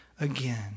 again